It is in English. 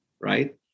right